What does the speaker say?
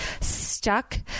stuck